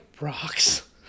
rocks